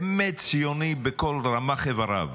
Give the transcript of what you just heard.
באמת ציוני בכל רמ"ח איבריו,